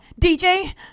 DJ